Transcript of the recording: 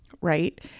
right